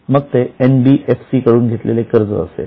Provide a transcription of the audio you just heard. मग ते NBFC कडून घेतलेले कर्ज असेल